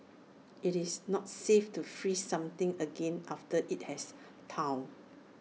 it's not safe to freeze something again after IT has thawed